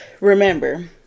remember